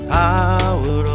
power